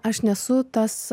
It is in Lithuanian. aš nesu tas